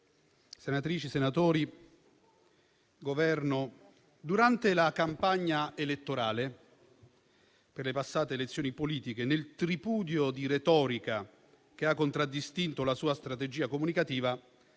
senatrici e senatori, Governo, durante la campagna elettorale per le passate elezioni politiche, nel tripudio di retorica che ha contraddistinto la sua strategia comunicativa,